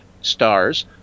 stars